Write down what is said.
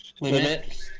limit